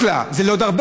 ולא רק לה, זה לעוד הרבה.